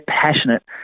passionate